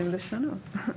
רוצים לשנות.